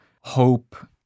hope